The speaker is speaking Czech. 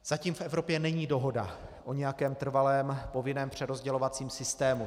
Zatím v Evropě není dohoda o nějakém trvalém povinném přerozdělovacím systému.